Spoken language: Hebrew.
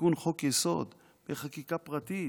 שתיקון חוק-היסוד בחקיקה פרטית,